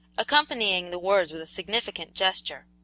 accompanying the words with a significant gesture.